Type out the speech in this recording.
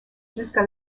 jusqu’à